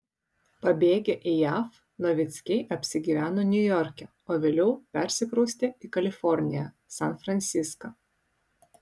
pabėgę į jav novickiai apsigyveno niujorke o vėliau persikraustė į kaliforniją san franciską